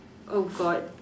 oh god